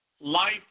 Life